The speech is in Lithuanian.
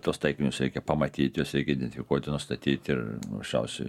tuos taikinius reikia pamatyt juos identifikuoti nustatyt ir paprasčiausiai